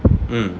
mm